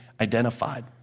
identified